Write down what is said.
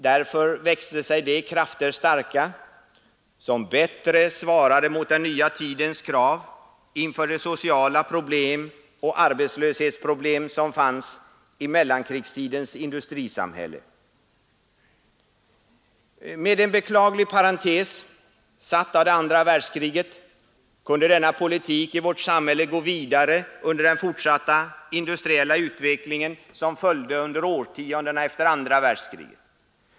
Därför växte sig de krafter starka som bättre svarade mot den nya tidens krav inför de sociala problem och arbetslöshetsproblem som fanns i mellankrigstidens industrisamhälle. Med en beklaglig parentes satt av andra världskriget kunde denna politik i vårt samhälle gå vidare under den fortsatta industriella utvecklingen som följde under årtiondena efter andra världskriget.